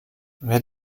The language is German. wer